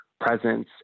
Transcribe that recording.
presence